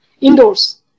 indoors